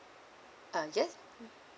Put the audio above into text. uh yes